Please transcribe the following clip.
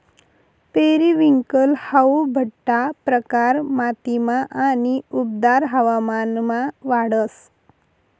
periwinkle हाऊ बठ्ठा प्रकार मातीमा आणि उबदार हवामानमा वाढस